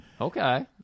Okay